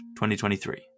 2023